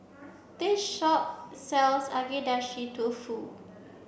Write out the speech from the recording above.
this shop sells Agedashi Dofu